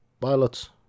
pilots